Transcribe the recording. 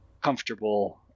comfortable